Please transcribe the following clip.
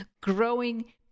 growing